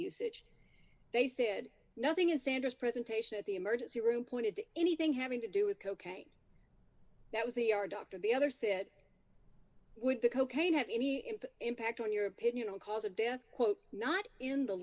usage they said nothing in sandra's presentation at the emergency room pointed to anything having to do with cocaine that was the r doctor the other said would the cocaine have any input impact on your opinion of the cause of death quote not in the